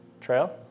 Trail